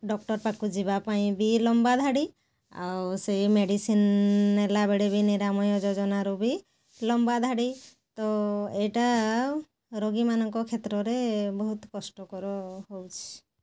doctor ପାଖକୁ ଯିବାପାଇଁ ବି ଲମ୍ବା ଧାଡ଼ି ଆଉ ସେଇ ମେଡ଼ିସିନ୍ ନେଲାବେଳେ ବି ନିରାମୟ ଯୋଜନାରୁ ବି ଲମ୍ବା ଧାଡ଼ି ତ ଏଇଟା ରୋଗୀମାନଙ୍କ କ୍ଷେତ୍ରରେ ବହୁତ କଷ୍ଟକର ହେଉଛି